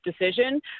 decision